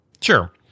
Sure